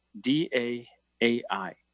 D-A-A-I